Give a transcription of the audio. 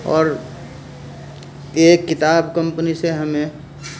اور ایک کتاب کمپنی سے ہمیں